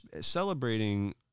celebrating